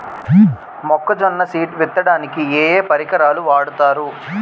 మొక్కజొన్న సీడ్ విత్తడానికి ఏ ఏ పరికరాలు వాడతారు?